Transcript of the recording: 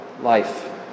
life